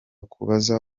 kubaza